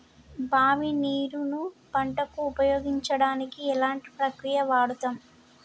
బావి నీరు ను పంట కు ఉపయోగించడానికి ఎలాంటి ప్రక్రియ వాడుతం?